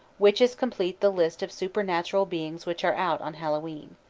witches complete the list of supernatural beings which are out on hallowe'en.